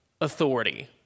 authority